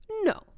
No